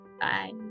Bye